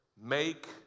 make